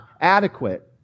adequate